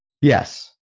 Yes